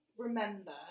remember